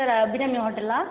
sir Abirami ஹோட்டலா